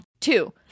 two